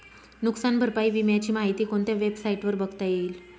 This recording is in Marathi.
नुकसान भरपाई विम्याची माहिती कोणत्या वेबसाईटवर बघता येईल?